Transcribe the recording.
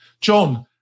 john